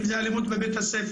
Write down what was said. אם זו אלימות בבית-הספר,